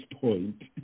point